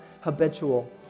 habitual